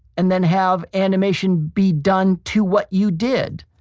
and then have animation be done to what you did.